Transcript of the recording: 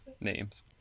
names